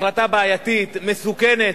החלטה בעייתית, מסוכנת.